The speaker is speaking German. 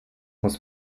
muss